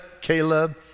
Caleb